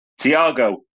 Tiago